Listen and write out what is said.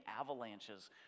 avalanches